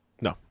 no